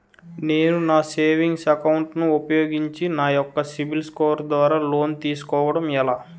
నేను నా savings account ను ఉపయోగించి నా యెక్క సిబిల్ స్కోర్ ద్వారా లోన్తీ సుకోవడం ఎలా?